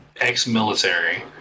ex-military